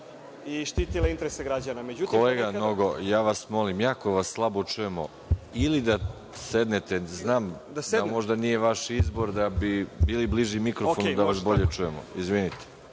i štitila interese građana. **Veroljub Arsić** Kolega Nogo, ja vas molim, jako vas slabo čujemo. Ili da sednete, znam da možda nije vaš izbor, da bi bili bliži mikrofonu da vas bolje čujemo. Izvinite.